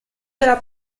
della